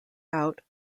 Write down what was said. out